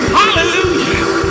hallelujah